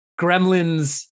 Gremlins